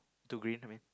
two green I mean